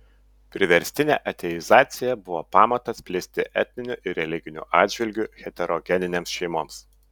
priverstinė ateizacija buvo pamatas plisti etniniu ir religiniu atžvilgiu heterogeninėms šeimoms